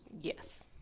Yes